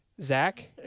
Zach